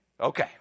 Okay